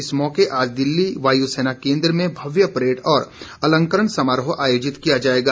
इस मौके आज दिल्ली वायुसेना केन्द्र में भव्य परेड और अलंकरण समारोह आयोजित किया जाएगा